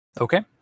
Okay